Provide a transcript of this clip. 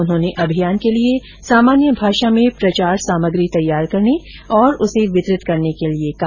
उन्होंने अभियान के लिए सामान्य भाषा में प्रचार साम्रगी तैयार करने और उसे वितरित करने के लिए कहा